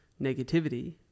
negativity